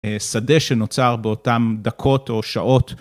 שדה שנוצר באותן דקות או שעות.